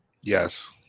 Yes